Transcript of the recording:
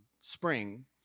spring